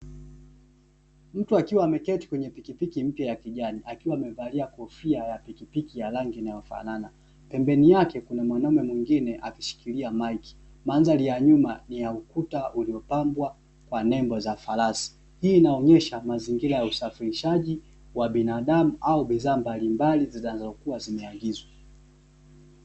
Mtu akiwa ameketi kwenye pikipiki mpya ya kijani, akiwa amevalia kofia ya pikipiki ya rangi inayofanana. Pembeni yake kuna mwanaume mwingine akishikilia maiki. Madhari ya nyuma ni ya ukuta uliopambwa kwa nembo ya farasi, hii inaonyesha mazingira ya usafirishaji wa binadamu au bidhaa mbalimbali zinazokuwa zimeagizwa.